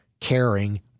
caring